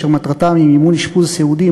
אשר מטרתם היא מימון אשפוז סיעודי,